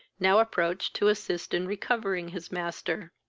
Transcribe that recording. now approached to assist in recovering his master.